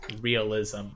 realism